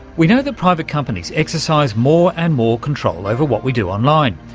we know that private companies exercise more and more control over what we do online.